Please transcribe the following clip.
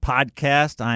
Podcast